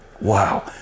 Wow